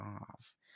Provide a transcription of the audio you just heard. off